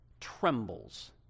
trembles